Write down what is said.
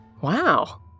Wow